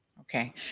Okay